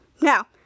now